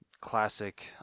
classic